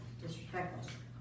disrespectful